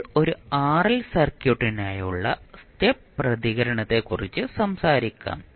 ഇപ്പോൾ ഒരു ആർഎൽ സർക്യൂട്ടിനായുള്ള സ്റ്റെപ്പ് പ്രതികരണത്തെക്കുറിച്ച് സംസാരിക്കാം